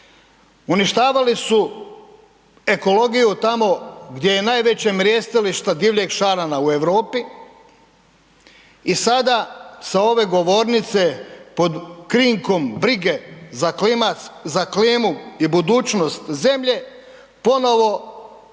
uništavali su ekologiju tamo gdje je najveće mrjestilište divljeg šarana u Europi i sada sa ove govornice pod krinkom brige za klimu i budućnost zemlje ponovo